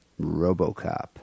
Robocop